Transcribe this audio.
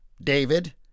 David